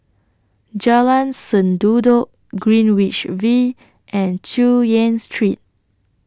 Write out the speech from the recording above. Jalan Sendudok Greenwich V and Chu Yen Street